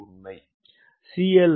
CLmax 0